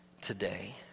today